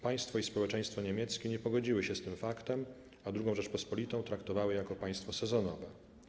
Państwo i społeczeństwo niemieckie nie pogodziły się z tym faktem, a II Rzeczpospolitą traktowały jako państwo sezonowe.